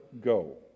go